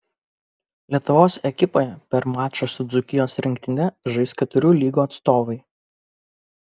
lietuvos ekipoje per mačą su dzūkijos rinktine žais keturių lygų atstovai